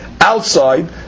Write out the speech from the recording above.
outside